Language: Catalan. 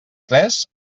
tres